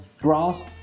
grass